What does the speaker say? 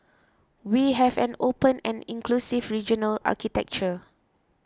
we have an open and inclusive regional architecture